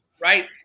Right